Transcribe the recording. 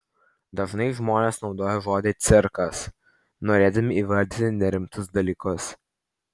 dažnai žmonės naudoja žodį cirkas norėdami įvardyti nerimtus dalykus